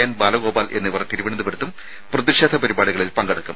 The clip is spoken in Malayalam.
എൻ ബാലഗോപാൽ എന്നിവർ തിരുവനന്തപുരത്തും പ്രതിഷേധ പരിപാടികളിൽ പങ്കെടുക്കും